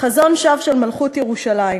חזון שווא של מלכות ירושלים,